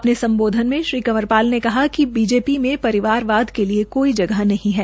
अपने सम्बोधन में श्री कंवरपाल ने कहा कि बीजेपी में परिवारवाद के लिए कोई जगह नहीं है